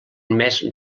més